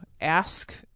ask